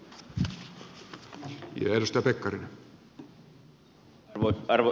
arvoisa puhemies